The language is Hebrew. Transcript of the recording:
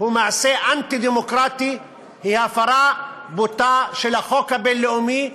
ומעשה אנטי-דמוקרטי; היא הפרה בוטה של החוק הבין-לאומי,